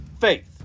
faith